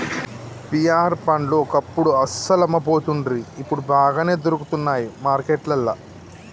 pear పండ్లు ఒకప్పుడు అస్సలు అమ్మపోతుండ్రి ఇప్పుడు బాగానే దొరుకుతానయ్ మార్కెట్లల్లా